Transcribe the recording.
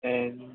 ꯑꯦ